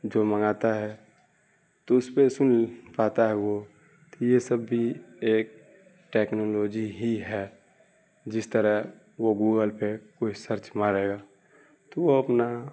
جو منگاتا ہے تو اس پہ سن پاتا ہے وہ تو یہ سب بھی ایک ٹیکنالوجی ہی ہے جس طرح وہ گوگل پہ کوئی سرچ مارے گا تو وہ اپنا